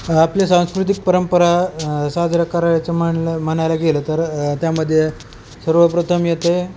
आपले सांस्कृतिक परंपरा साजरा करायचं म्हटलं म्हणायला गेलं तर त्यामध्ये सर्वप्रथम येते